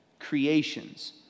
creation's